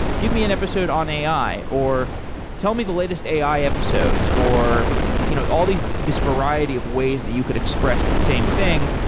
give me an episode on ai, or tell me the latest ai episodes, or you know all these variety of ways that you could express the same thing.